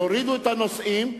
יורידו את הנוסעים,